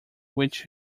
which